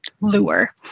lure